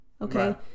Okay